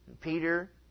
Peter